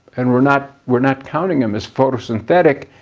and we're not we're not counting them as photosynthetic.